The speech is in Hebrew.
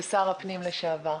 ושר הפנים לשעבר.